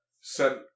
sent